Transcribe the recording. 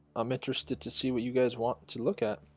i'm interested to see what you guys want to look at